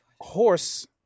horse